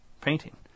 painting